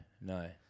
no